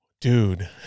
dude